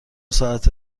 ساعت